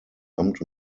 amt